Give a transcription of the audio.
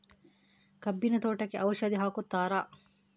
ಕಬ್ಬಿನ ತೋಟಕ್ಕೆ ಔಷಧಿ ಹಾಕುತ್ತಾರಾ?